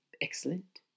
Excellent